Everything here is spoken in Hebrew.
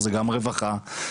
רווחה,